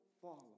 follow